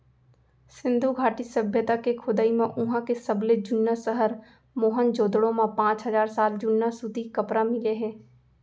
सिंधु घाटी सभ्यता के खोदई म उहां के सबले जुन्ना सहर मोहनजोदड़ो म पांच हजार साल जुन्ना सूती कपरा मिले हे